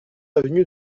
avenue